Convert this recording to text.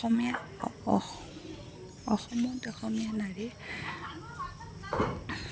অসমীয়া অসমত অসমীয়া নাৰী